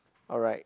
alright